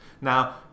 Now